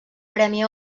premi